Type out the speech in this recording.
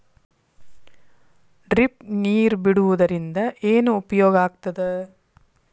Drip ನೇರ್ ಬಿಡುವುದರಿಂದ ಏನು ಉಪಯೋಗ ಆಗ್ತದ?